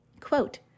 Quote